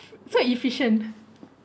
so efficient